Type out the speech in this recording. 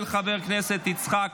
של חבר הכנסת יצחק